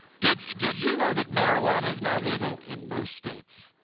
did did you know that marijuana is now leaguel in most states?